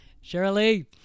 Shirley